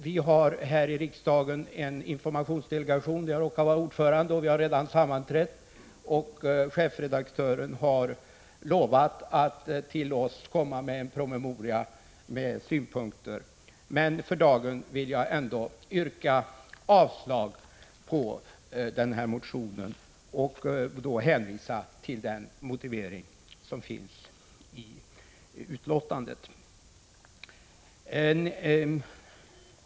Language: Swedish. Vi har här i riksdagen en informationsdelegation, där jag råkar vara 28 maj 1986 oss lämna en promemoria med synpunkter. Men för dagen vill jag yrka avslag zPöbedmas se RK på denna motion och hänvisa till den motivering som finns i betänkandet.